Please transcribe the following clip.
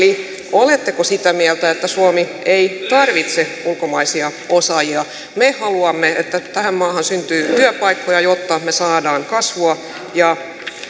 oletteko sitä mieltä että suomi ei tarvitse ulkomaisia osaajia me haluamme että tähän maahan syntyy työpaikkoja jotta me saamme kasvua ja